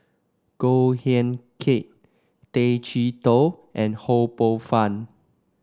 Goh Eck Kheng Tay Chee Toh and Ho Poh Fun